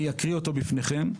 ואני אקרא אותו בפניכם.